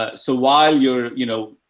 ah so while you're, you know,